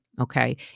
okay